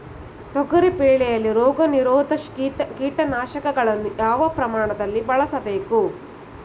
ತೊಗರಿ ಬೆಳೆಯಲ್ಲಿ ರೋಗನಿರೋಧ ಕೀಟನಾಶಕಗಳನ್ನು ಯಾವ ಪ್ರಮಾಣದಲ್ಲಿ ಬಳಸಬೇಕು?